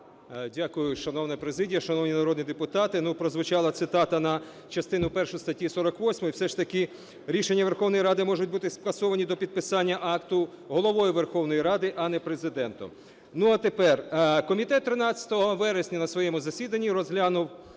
Дякую. Шановна президія, шановні народні депутати! Прозвучала цитата на частину першу статті 48. Все ж таки рішення Верховної Ради можуть бути скасовані до підписання акта Головою Верховної Ради, а не Президентом.